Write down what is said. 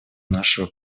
нашего